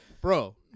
Bro